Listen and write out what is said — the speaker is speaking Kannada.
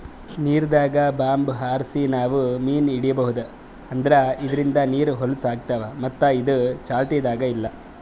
ನೀರ್ದಾಗ್ ಬಾಂಬ್ ಹಾರ್ಸಿ ನಾವ್ ಮೀನ್ ಹಿಡೀಬಹುದ್ ಆದ್ರ ಇದ್ರಿಂದ್ ನೀರ್ ಹೊಲಸ್ ಆತವ್ ಮತ್ತ್ ಇದು ಚಾಲ್ತಿದಾಗ್ ಇಲ್ಲಾ